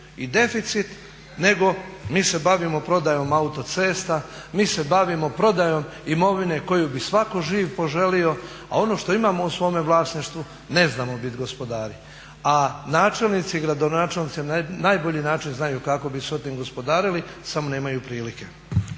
i deficit nego mi se bavimo prodajom autocesta, mi se bavimo prodajom imovine koju bi svatko živ poželio a ono što imamo u svome vlasništvu ne znamo biti gospodari. A načelnici i gradonačelnici na najbolji način znaju kako bi sa time gospodarili samo nemaju prilike.